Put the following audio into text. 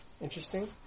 interesting